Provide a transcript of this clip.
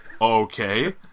Okay